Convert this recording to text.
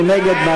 מי נגד?